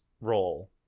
role